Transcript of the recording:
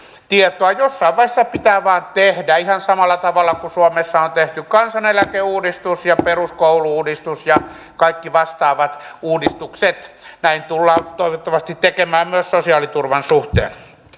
tietoa jossain vaiheessa pitää vain tehdä ihan samalla tavalla kuin suomessa on tehty kansaneläkeuudistus ja peruskoulu uudistus ja kaikki vastaavat uudistukset näin tullaan toivottavasti tekemään myös sosiaaliturvan suhteen